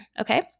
okay